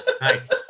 nice